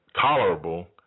tolerable